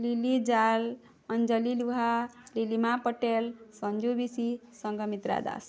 Lili Jal Anjali Luha Lilima Patel Sanju Bishi Sanghamitra Das